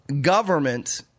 government